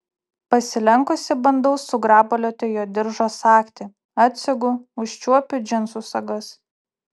pasilenkusi bandau sugrabalioti jo diržo sagtį atsegu užčiuopiu džinsų sagas